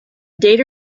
data